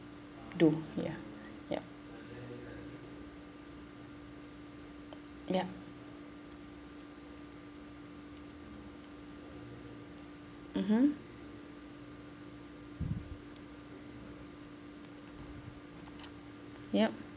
do ya yup yup mmhmm yup